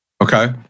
Okay